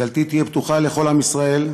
דלתי תהיה פתוחה לכל עם ישראל,